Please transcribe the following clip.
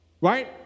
Right